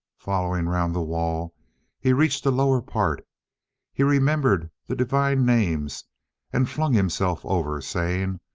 following round the wall he reached a lower part he remembered the divine names and flung himself over, saying,